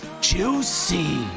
juicy